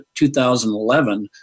2011